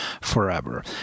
forever